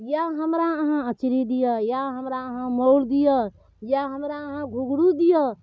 या हमरा अहाँ अचरी दिअ या हमरा अहाँ मौड़ दिअ या हमरा अहाँ घुँघरू दिअ